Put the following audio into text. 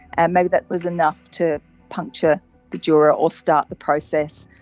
and maybe that was enough to puncture the dura or start the process.